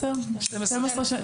10-12 שנה?